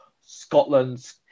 Scotland's